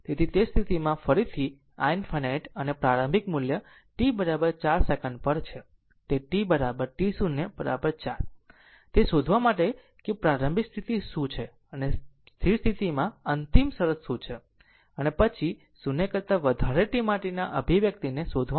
તેથી તે સ્થિતિમાં ફરીથી i ∞ અને પ્રારંભિક મૂલ્ય t 4 સેકંડ પર છે જે t t 0 4 પર છે તે શોધવા માટે કે પ્રારંભિક સ્થિતિ શું છે અને સ્થિર સ્થિતિમાં અંતિમ શરત શું છે અને પછી 0 કરતા વધારે t માટેના અભિવ્યક્તિને શોધવા માટે